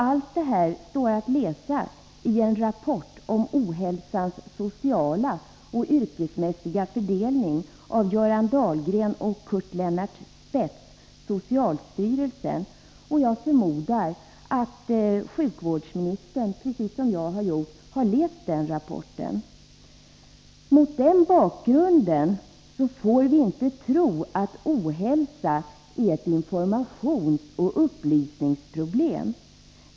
Allt det här står att läsa i en rapport om ohälsans sociala och yrkesmässiga fördelning av Göran Dahlgren och Curt-Lennart Spetz, socialstyrelsen, och jag förmodar att sjukvårdsministern precis som jag har gjort har läst den rapporten. Mot den bakgrunden får vi inte tro att ohälsa är ett informationsoch upplysningsproblem.